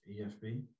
EFB